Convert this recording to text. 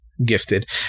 gifted